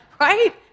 Right